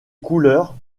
couleurs